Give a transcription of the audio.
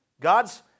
God's